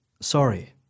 Sorry